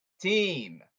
team